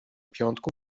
piątku